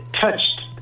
touched